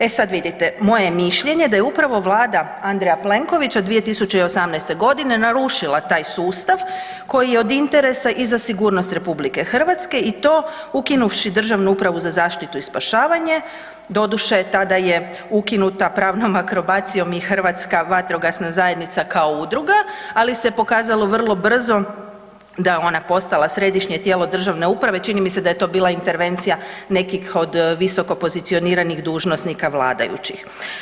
E sad vidite, moje mišljenje je da je upravo vlada Andreja Plenkovića 2018. godine narušila taj sustav koji je od interesa i za sigurnost RH i to ukinuvši Državnu upravu za zaštitu i spašavanje, doduše tada je ukinuta pravnom akrobacijom i Hrvatska vatrogasna zajednica kao udruga, ali se pokazalo vrlo brzo da je ona postala središnje tijelo državne uprave, čini mi se da je to bila intervencija nekih od visoko pozicioniranih dužnosnika vladajući.